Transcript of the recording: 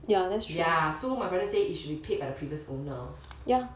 ya so my brother say it should be paid by the previous owner